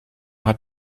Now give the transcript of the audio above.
hat